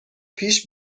پیش